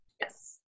Yes